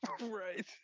right